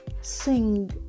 sing